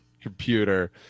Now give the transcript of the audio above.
computer